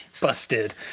Busted